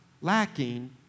lacking